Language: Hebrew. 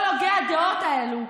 כל הוגי הדעות האלה,